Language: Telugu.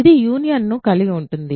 ఇది యూనియన్ ను కలిగి ఉంది